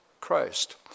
Christ